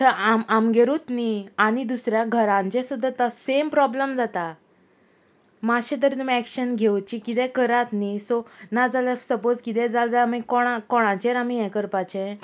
थंय आमगेरूच न्ही आनी दुसऱ्या घरांचे सुद्दां सेम प्रोब्लम जाता मातशें तरी तुमी एक्शन घेवची किदें करात न्ही सो नाजाल्यार सपोज किदें जालें जाल्यार आमी कोणा कोणाचेर आमी हें करपाचें